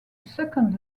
second